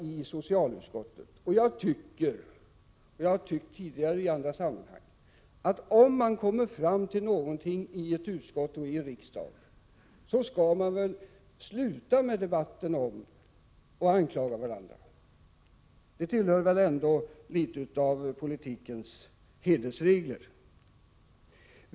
Jag tycker, och jag har tidigare framfört det i andra sammanhang, att när man har kommit fram till någonting i ett utskott och i riksdagen, skall man sluta med debatten och sluta att anklaga varandra. Det tillhör väl ändå politikens hedersregler?